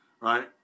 Right